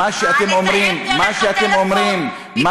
מה, לתאם דרך הטלפון פיגועים?